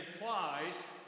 implies